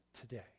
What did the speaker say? today